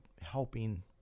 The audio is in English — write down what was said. helping